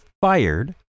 fired